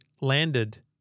landed